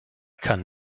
kann